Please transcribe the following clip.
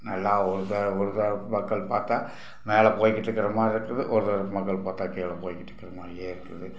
நல்லா ஒரு தரவ ஒரு தரவ மக்கள் பார்த்தா மேலே போயிக்கிட்டிருக்கற மாதிரி இருக்குது ஒரு தரவ மக்கள் பார்த்தா கீழே போயிக்கிட்டிருக்கற மாதிரியே இருக்குது